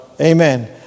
amen